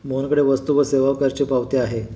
मोहनकडे वस्तू व सेवा करची पावती आहे